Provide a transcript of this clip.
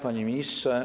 Panie Ministrze!